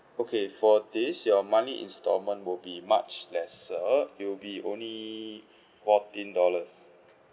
okay for this your monthly instalment would be much lesser it'll be only fourteen dollars